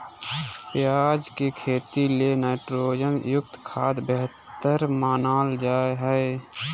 प्याज के खेती ले नाइट्रोजन युक्त खाद्य बेहतर मानल जा हय